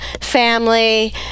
Family